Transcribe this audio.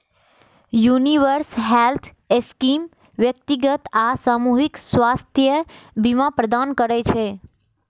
universal health scheme व्यक्तिगत आ सामूहिक स्वास्थ्य बीमा प्रदान करै छै